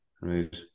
Right